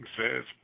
says